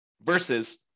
Versus